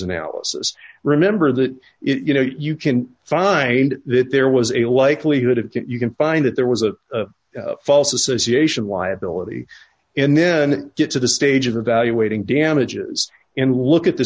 analysis remember that if you know you can find that there was a likelihood if you can find that there was a false association liability and then get to the stage of evaluating damages and look